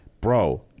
Bro